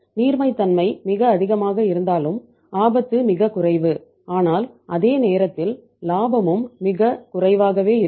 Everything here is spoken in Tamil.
நீர்மைத்தன்மை மிக அதிகமாக இருந்தாலும் ஆபத்து மிகக் குறைவு ஆனால் அதே நேரத்தில் இலாபமும் மிகக் குறைவாகவே இருக்கும்